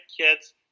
kids